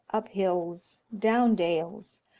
up hills, down dales,